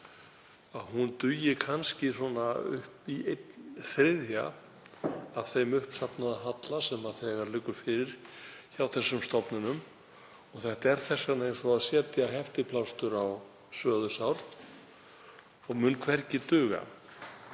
kr., dugi kannski upp í einn þriðja af þeim uppsafnaða halla sem þegar liggur fyrir hjá þessum stofnunum. Þetta er þess vegna eins og að setja heftiplástur á svöðusár og mun hvergi duga.